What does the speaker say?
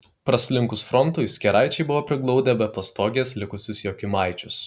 praslinkus frontui skėraičiai buvo priglaudę be pastogės likusius jokymaičius